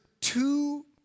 two